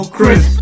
Chris